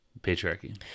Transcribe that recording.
Patriarchy